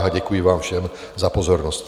A děkuji vám všem za pozornost.